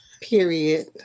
Period